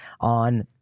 on